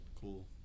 cool